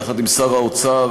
יחד עם שר האוצר,